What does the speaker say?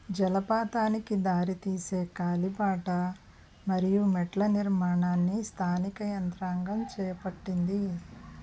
జలపాతానికి దారితీసే కాలిబాట మరియు మెట్ల నిర్మాణాన్ని స్థానిక యంత్రాంగం చేపట్టింది